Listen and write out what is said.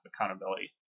accountability